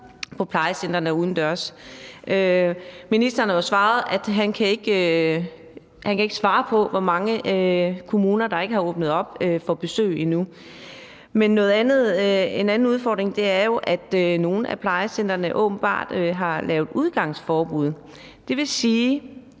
på plejecentrene udendørs, og ministeren har jo svaret, at han ikke kan svare på, hvor mange kommuner der ikke har åbnet op for besøg endnu. Men en anden udfordring er jo, at nogle af plejecentrene åbenbart har lavet udgangsforbud. Det vil sige,